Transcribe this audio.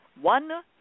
one